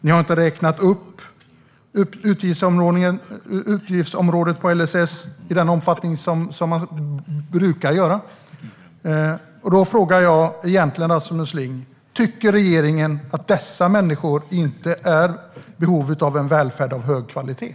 Ni har inte räknat upp utgiftsområdet för LSS i den omfattning man brukar. Jag frågar Rasmus Ling: Tycker regeringen att dessa människor inte är i behov av välfärd av hög kvalitet?